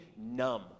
numb